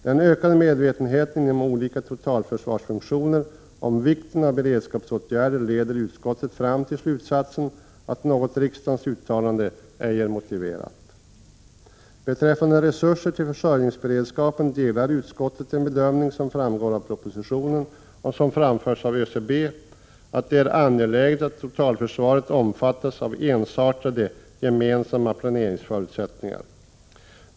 Den ökade medvetenheten inom olika totalförsvarsfunktioner om vikten av beredskapsåtgärder leder utskottet fram till slutsatsen att något riksdagens uttalande ej är motiverat. Beträffande resurser till försörjningsberedskapen delar utskottet den bedömning som framgår av propositionen och som framförts av ÖCB, nämligen att det är angeläget att totalförsvaret omfattas av ensartade gemensamma planeringsförutsättningar.